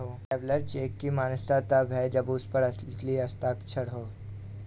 travellers cheque की मान्यता तब है जब उस पर असली हस्ताक्षर हो